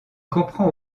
comprend